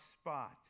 spot